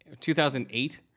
2008